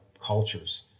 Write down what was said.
cultures